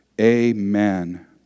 Amen